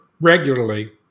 regularly